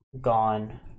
Gone